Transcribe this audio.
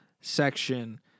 section